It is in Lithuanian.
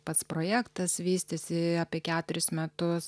pats projektas vystėsi apie keturis metus